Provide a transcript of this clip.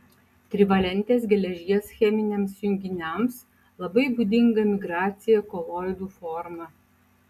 trivalentės geležies cheminiams junginiams labai būdinga migracija koloidų forma